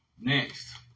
next